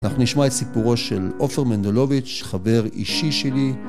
אנחנו נשמע את סיפורו של אופר מנדולוביץ', חבר אישי שלי.